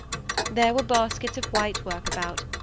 there were baskets of white work about,